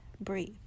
breathe